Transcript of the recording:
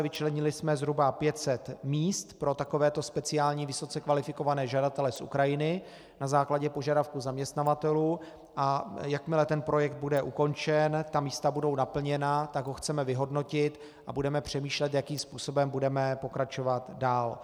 Vyčlenili jsme zhruba 500 míst pro takovéto speciální vysoce kvalifikované žadatele z Ukrajiny na základě požadavků zaměstnavatelů, a jakmile ten projekt bude ukončen, místa budou naplněna, tak ho chceme vyhodnotit a budeme přemýšlet, jakým způsobem budeme pokračovat dál.